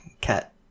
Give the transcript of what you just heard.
Cat